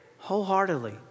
wholeheartedly